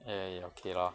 !aiya! okay lor